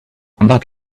that